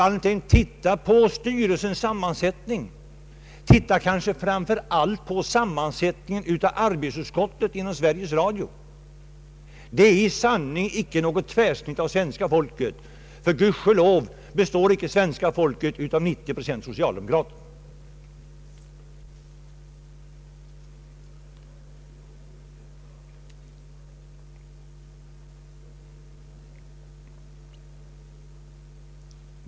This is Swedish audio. Studera styrelsens sammansättning, fru Wallentheim, och studera framför allt sammansättningen inom arbetsutskottet i Sveriges Radio! Det är i sanning icke något tvärsnitt av svenska folket, ty Gud ske lov består icke svenska folket till 90 procent av socialdemokrater.